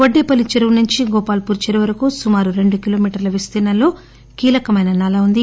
వడ్డేపల్లి చెరువు నుంచి గోపాల్పూర్ చెరువు వరకు సుమారు రెండు కిలోమీటర్ల విస్తీర్ణంలో కీలకమైన నాలా వుంది